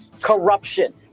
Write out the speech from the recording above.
Corruption